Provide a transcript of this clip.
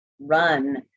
run